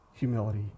humility